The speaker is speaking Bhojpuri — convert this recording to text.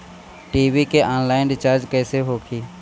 टी.वी के आनलाइन रिचार्ज कैसे होखी?